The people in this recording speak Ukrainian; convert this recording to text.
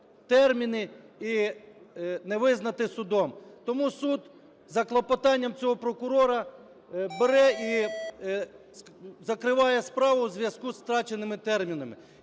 терміни і не визнати судом. Тому суд за клопотанням цього прокурора бере і закриває справу в зв'язку з втраченими термінами.